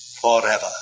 forever